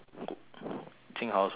jing hao also never vote for me